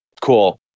cool